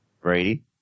Brady